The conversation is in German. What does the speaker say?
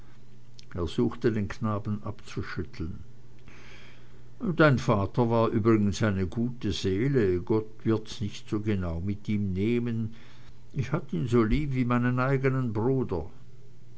er suchte den knaben abzuschütteln dein vater war übrigens eine gute seele gott wird's nicht so genau mit ihm nehmen ich hatt ihn so lieb wie meinen eigenen bruder